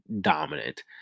dominant